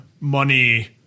money